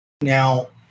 Now